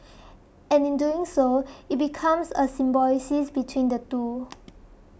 and doing so it becomes a symbiosis between the two